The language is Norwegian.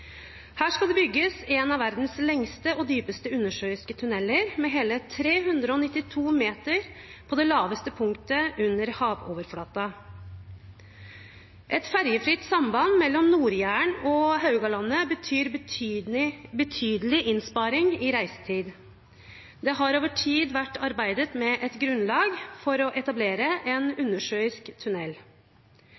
Her skal bygges en av verdens lengste og dypeste undersjøiske tunneler, på det laveste punktet hele 392 meter under havoverflaten. Et fergefritt samband mellom Nord-Jæren og Haugalandet betyr betydelig innsparing i reisetid. Det har over tid vært arbeidet med et grunnlag for å etablere en